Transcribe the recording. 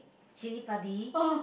chilli-padi